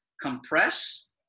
compress